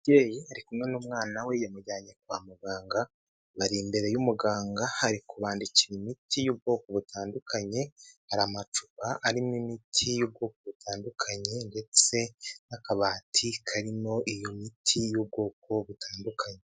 Umubyeyi ari kumwe n'umwana we yamujyanye kwa muganga, bari imbere y'umuganga ari kubandikira imiti y'ubwoko butandukanye, hari amacupa arimo imiti y'ubwoko butandukanye ndetse n'akabati karimo iyo miti y'ubwoko butandukanye.